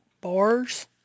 bars